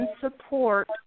support